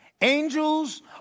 Angels